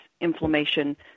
inflammation